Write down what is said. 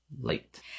late